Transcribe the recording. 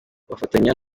bafatanya